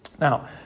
Now